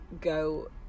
go